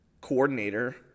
coordinator